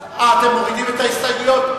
אה, אתם מורידים את ההסתייגויות?